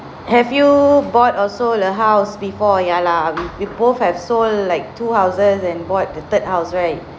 have you bought or sold the house before ya lah we we both have sold like two houses and bought the third house right